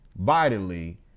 vitally